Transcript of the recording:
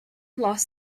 lost